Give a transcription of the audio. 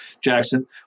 Jackson